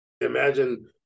imagine